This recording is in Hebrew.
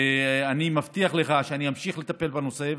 ואני מבטיח לך שאמשיך לטפל בנושא.